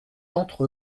d’entre